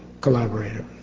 collaborator